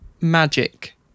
magic